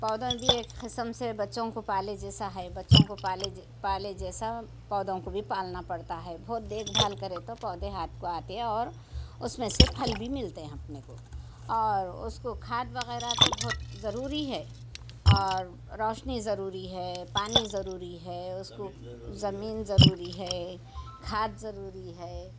پودوں میں بھی ایک قسم سے بچوں کو پالے جیسا ہے بچوں کو پالے جے پالے جیسا پودوں کو بھی پالنا پڑتا ہے بہت دیکھ بھال کرے تو پودے ہاتھ کو آتے اور اُس میں سے پھل بھی ملتے ہیں اپنے کو اور اس کو کھاد وغیرہ تو بہت ضروری ہے اور روشنی ضروری ہے پانی ضروری ہے اس کو زمین ضروری ہے کھاد ضروری ہے